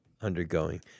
undergoing